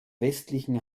westlichen